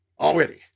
Already